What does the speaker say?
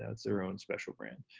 ah it's their own special brand.